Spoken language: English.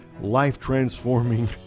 life-transforming